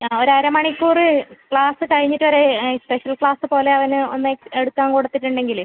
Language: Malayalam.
ആ ഒരു അര മണിക്കൂർ ക്ലാസ് കഴിഞ്ഞിട്ട് ഒരു സ്പെഷ്യൽ ക്ലാസ് പോലെ അവൻ ഒന്ന് എടുക്കാൻ കൊടുത്തിട്ടുണ്ടെങ്കിൽ